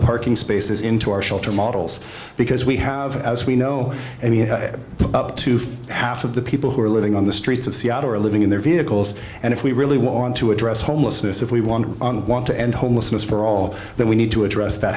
parking spaces into our shelter models because we have as we know he had to for half of the people who are living on the streets of seattle are living in their vehicles and if we really want to address homelessness if we want to want to end homelessness for all then we need to address that